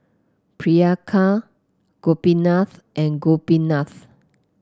Priyanka Gopinath and Gopinath